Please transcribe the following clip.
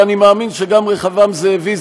ואני מאמין שגם רחבעם זאבי,